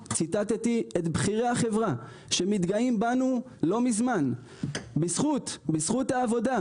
ציטטתי פה את בכירי החברה שמתגאים בנו לא מזמן בזכות העבודה,